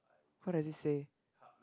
what does it say